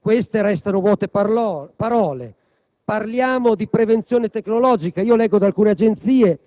queste restano vuote parole. Parliamo di prevenzione tecnologica: leggo da alcune agenzie